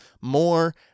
more